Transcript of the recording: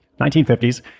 1950s